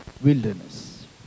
wilderness